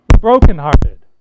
brokenhearted